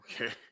Okay